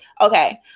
Okay